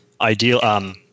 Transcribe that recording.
ideal –